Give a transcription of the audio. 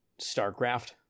Starcraft